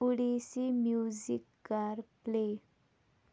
Odissi music کَر پٕلے